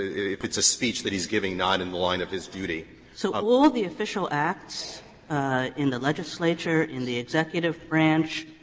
if it's a speech that he's giving not in the line of his duty. kagan so um all the official acts in the legislature, in the executive branch,